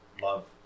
love